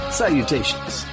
salutations